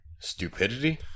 Stupidity